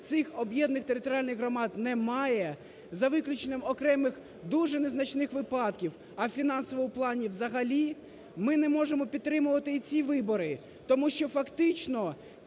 цих об'єднаних територіальних громад не має, за виключенням окремих дуже незначних випадків, а в фінансовому плані взагалі, ми не можемо підтримувати і ці вибори. Тому що фактично